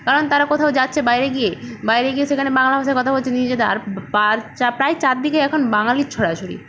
কারণ তারা কোথাও যাচ্ছে বাইরে গিয়ে বাইরে গিয়ে সেখানে বাংলা ভাষায় কথা বলছে নিজেরা আর পার চা প্রায় চারদিকে এখন বাঙালির ছড়াছড়ি